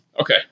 Okay